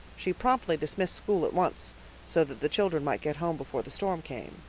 she promptly dismissed school at once so that the children might get home before the storm came.